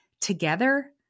Together